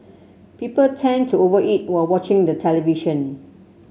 people tend to over eat while watching the television